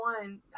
one